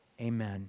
amen